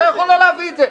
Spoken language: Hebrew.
אתה יכול לא להביא את זה.